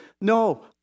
No